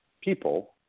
people